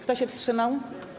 Kto się wstrzymał?